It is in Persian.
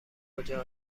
کجا